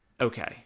Okay